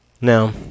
Now